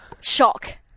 Shock